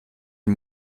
den